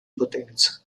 potenza